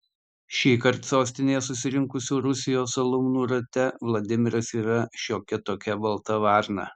šįkart sostinėje susirinkusių rusijos alumnų rate vladimiras yra šiokia tokia balta varna